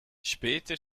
später